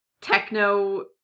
techno